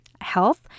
health